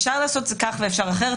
אפשר לעשות את זה כך ואפשר אחרת.